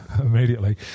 immediately